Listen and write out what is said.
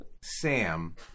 Sam